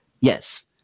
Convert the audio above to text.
Yes